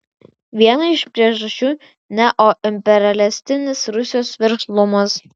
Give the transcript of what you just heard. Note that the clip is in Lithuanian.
viena iš priežasčių neoimperialistinis rusijos veržlumas